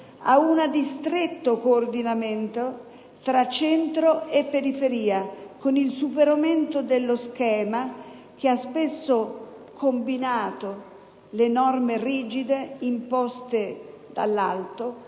di uno stretto coordinamento tra centro e periferia, con il superamento dello schema che ha spesso combinato le norme rigide imposte dall'alto